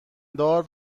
دار